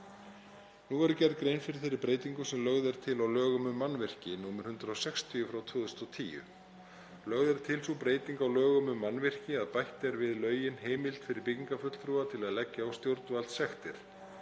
Nú verður gerð grein fyrir þeirri breytingu sem lögð er til á lögum um mannvirki, nr.160/2010. Lögð er til sú breyting á lögum um mannvirki að bætt er við lögin heimild fyrir byggingafulltrúa til að leggja á stjórnvaldssektir.